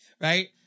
Right